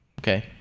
Okay